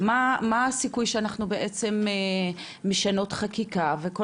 מה הסיכוי שאנחנו בעצם משנות חקיקה וכל